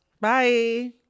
Bye